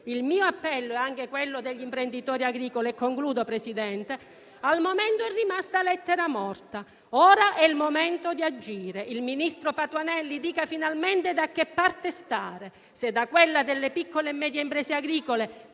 Il mio appello è anche quello degli imprenditori agricoli, ma al momento è rimasto lettera morta. Ora è il momento di agire. Il ministro Patuanelli dica finalmente da che parte stare, se da quella delle piccole e medie imprese agricole,